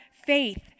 faith